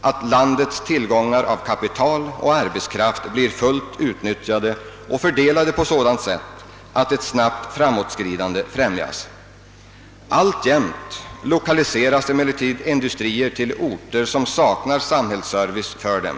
att landets tillgångar av kapital och arbetskraft blir fullt utnyttjade och fördelade på sådant sätt att ett snabbt framåtskridande främjas. Alltjämt lokaliseras emellertid industrier till orter som saknar sambhällsservice för dem.